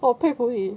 我佩服你